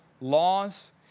laws